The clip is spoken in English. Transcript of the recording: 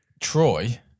Troy